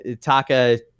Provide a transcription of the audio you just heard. Taka